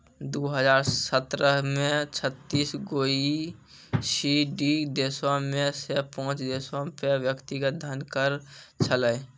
दु हजार सत्रह मे छत्तीस गो ई.सी.डी देशो मे से पांच देशो पे व्यक्तिगत धन कर छलै